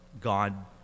God